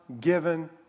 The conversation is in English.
given